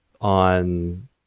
on